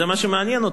זה מה שמעניין אותם.